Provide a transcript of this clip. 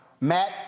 Matt